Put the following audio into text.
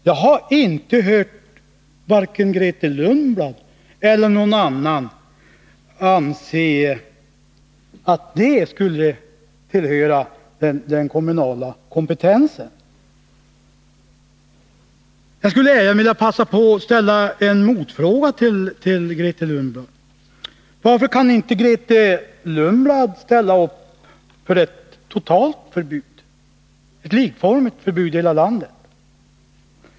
Jag har inte hört att vare sig Grethe Lundblad eller någon annan socialdemokrat sagt att det skulle tillhöra den kommunala kompetensen! Jag skulle vilja passa på och ställa en motfråga till Grethe Lundblad. Varför kan inte Grethe Lundblad ställa upp på ett totalt förbud, ett förbud som är likformigt i hela landet?